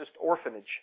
orphanage